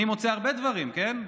אני מוצא הרבה דברים, כן?